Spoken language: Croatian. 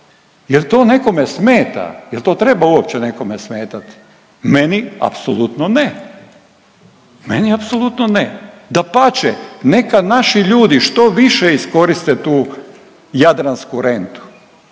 Jel to nekome smeta, jel to treba uopće nekome smetat? Meni apsolutno ne, meni apsolutno ne. Dapače, neka naši ljudi što više iskoriste tu jadransku rentu.